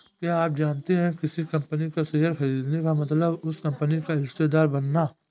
क्या आप जानते है किसी कंपनी का शेयर खरीदने का मतलब उस कंपनी का हिस्सेदार बनना?